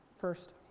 first